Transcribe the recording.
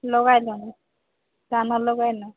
ଲଗାଇଲଣି ଧାନ ଲଗାଇଲ